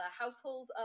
household